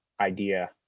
idea